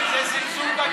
זה זלזול בכנסת.